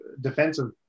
defensive